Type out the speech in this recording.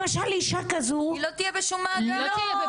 למשל אישה כזו--- היא לא תהיה בשום מאגר.